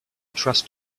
trust